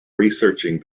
researching